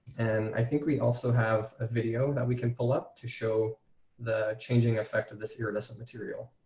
and i think we also have a video that we can pull up to show the changing effect of this year lesson material.